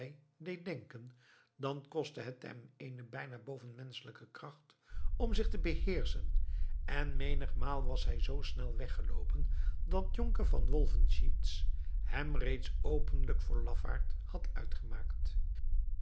deed denken dan kostte het hem eene bijna bovenmenschelijke kracht om zich te beheerschen en menigmaal was hij zoo snel weggeloopen dat jonker van wolfenschiez hem reeds openlijk voor lafaard had uitgemaakt